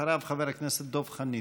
אחריו, חבר הכנסת דב חנין.